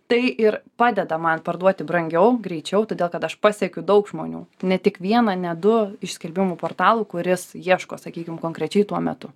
tai ir padeda man parduoti brangiau greičiau todėl kad aš pasiekiu daug žmonių ne tik vieną ne du iš skelbimų portalų kuris ieško sakykim konkrečiai tuo metu